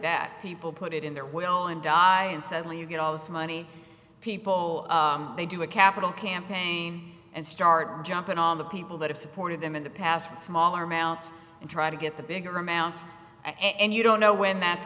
that people put it in their will and die and suddenly you get all this money people they do a capital campaign and start jumping on the people that have supported them in the past and smaller mounts and try to get the bigger amounts and you don't know when that's